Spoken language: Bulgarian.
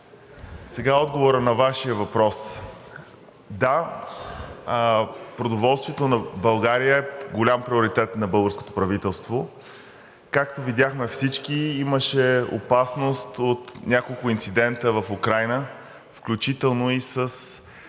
Сега отговорът на Вашия въпрос. Да, продоволствието на България е голям приоритет на българското правителството. Както видяхме всички, имаше опасност от няколко инцидента в Украйна, включително и със